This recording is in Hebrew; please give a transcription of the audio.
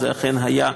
וכך אכן היה.